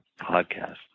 Podcast